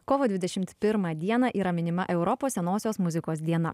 kovo dvidešimt pirmą dieną yra minima europos senosios muzikos diena